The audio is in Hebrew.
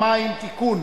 המים (תיקון,